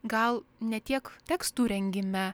gal ne tiek tekstų rengime